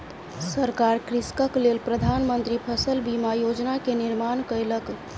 सरकार कृषकक लेल प्रधान मंत्री फसल बीमा योजना के निर्माण कयलक